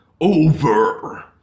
over